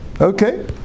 Okay